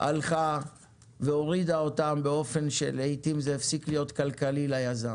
הלכה והורידה אותם באופן שלעיתים זה הפסיק להיות כלכלי ליזם.